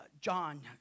John